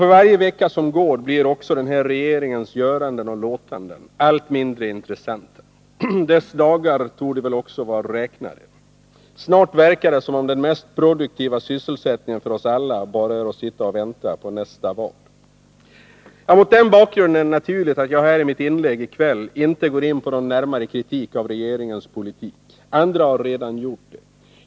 För varje vecka som går blir också denna regerings göranden och låtanden allt mindre intressanta. Dess dagar torde väl också vara räknade. Snart verkar det som om den mest produktiva sysselsättningen för oss alla är att bara sitta och vänta på nästa val. Mot denna bakgrund är det naturligt att jag i mitt inlägg inte går in på någon närmare kritik av regeringens politik. Andra har redan gjort det.